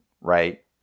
right